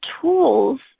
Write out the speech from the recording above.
tools